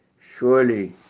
surely